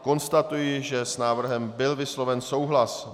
Konstatuji, že s návrhem byl vysloven souhlas.